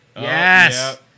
Yes